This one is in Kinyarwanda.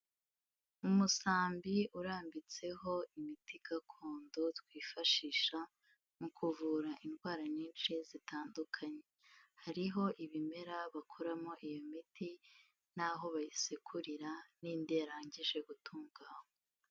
Umusambi urambitseho imiti gakondo twifashisha mu kuvura indwara nyinshi zitandukanye, hariho ibimera bakoramo iyo miti n'aho bayisekurira n'indi yarangije gutunganywa.